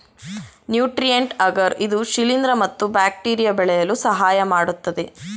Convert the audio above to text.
nutrient agar ಇದು ಶಿಲಿಂದ್ರ ಮತ್ತು ಬ್ಯಾಕ್ಟೀರಿಯಾ ಬೆಳೆಯಲು ಸಹಾಯಮಾಡತ್ತದೆ